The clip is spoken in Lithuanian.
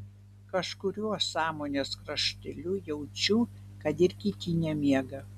kažkuriuo sąmonės krašteliu jaučiu kad ir kiti nemiega